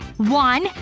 one,